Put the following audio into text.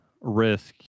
risk